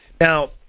Now